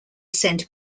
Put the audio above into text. send